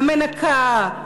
המנקה,